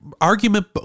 argument